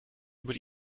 über